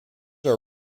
are